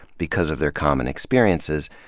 because of their common experiences.